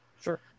Sure